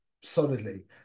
solidly